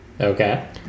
okay